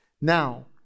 Now